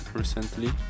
recently